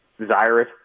desirous